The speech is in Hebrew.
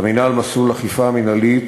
במינהל יש מסלול אכיפה מינהלית,